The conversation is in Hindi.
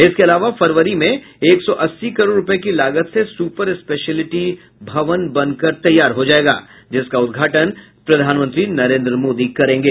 इसके अलावा फरवरी में एक सौ अस्सी करोड़ रुपये की लागत से सुपर स्पेशलिटी भवन बनकर तैयार हो जाएगा जिसका उद्घाटन प्रधानमंत्री नरेंद्र मोदी करेंगे